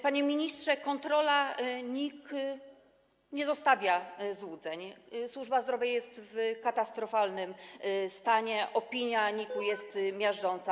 Panie ministrze, kontrola NIK nie zostawia złudzeń: służba zdrowia jest w katastrofalnym stanie, opinia NIK-u jest miażdżąca.